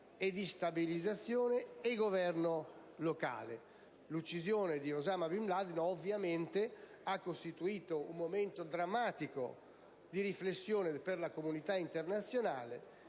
e di stabilizzazione, al governo locale. L'uccisione di Osama Bin Laden, ovviamente, ha costituito un momento drammatico di riflessione per la comunità internazionale,